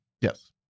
Yes